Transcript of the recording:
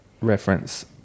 reference